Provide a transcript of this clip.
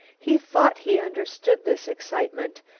he thought he understood this excitement,